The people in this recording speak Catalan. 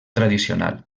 tradicional